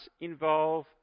involve